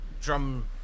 drum